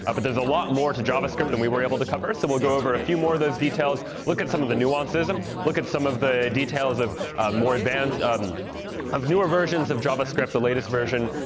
but there's a lot more to javascript than we were able to cover. so we'll go over a few more of those details, look at some of the nuances, and look at some of the details of more advanced um of newer versions of javascript, the latest version,